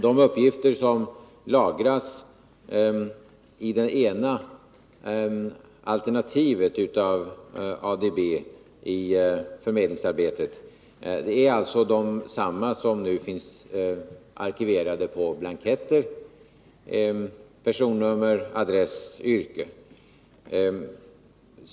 De uppgifter som lagras i det ena alternativet av ADB-användning i förmedlingsarbetet är alltså desamma som nu finns arkiverade på blanketter: personnummer, adress och yrke.